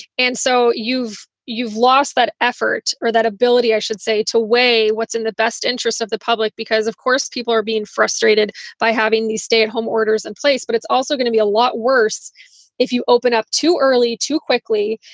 and so you've you've lost that effort or that ability, i should say, to weigh what's in the best interests of the public, because, of course, people are being frustrated by having these stay at home orders in place. but it's also going to be a lot worse if you open up too early, too quickly,